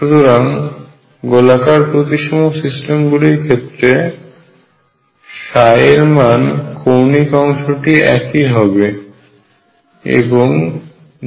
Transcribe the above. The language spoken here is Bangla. সুতরাং গোলাকার প্রতিসম সিস্টেমগুলি ক্ষেত্রে এর মানের কৌণিক অংশটি একই হবে যে কোনো V এর জন্য